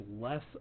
less